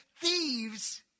thieves